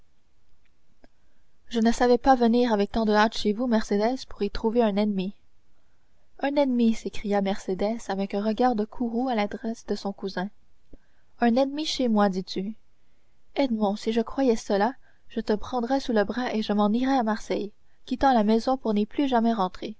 je ne savais pas venir avec tant de hâte chez vous mercédès pour y trouver un ennemi un ennemi s'écria mercédès avec un regard de courroux à l'adresse de son cousin un ennemi chez moi dis-tu edmond si je croyais cela je te prendrais sous le bras et je m'en irais à marseille quittant la maison pour n'y plus jamais rentrer